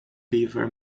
beaver